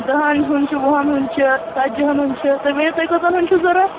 دَہن ہُنٛد چھُ وُہن ہُنٛد چھُ ژَتجی ہن ہُنٛد چھُ تُہۍ ؤنِو تۅہہِ کٔژَن ہُنٛد چھُ ضروٗرت